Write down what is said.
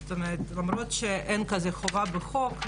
זאת אומרת למרות שאין חובה כזו בחוק,